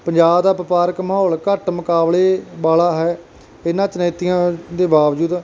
ਪੰਜਾਬ ਦਾ ਵਪਾਰਕ ਮਾਹੌਲ ਘੱਟ ਮੁਕਾਬਲੇ ਵਾਲਾ ਹੈ ਇਹਨਾਂ ਚੁਣੌਤੀਆਂ ਦੇ ਬਾਵਜੂਦ